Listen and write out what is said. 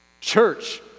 Church